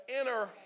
inner